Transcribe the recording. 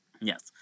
Yes